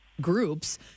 groups